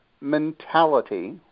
mentality